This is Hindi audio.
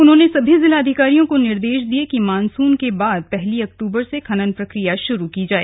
उन्होंने सभी जिलाधिकारियों को निर्देश दिये कि मानसून के बाद पहली अक्टूबर से खनन प्रक्रिया शुरू की जाए